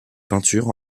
peinture